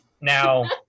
Now